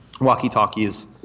walkie-talkies